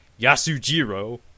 Yasujiro